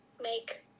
make